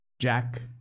Jack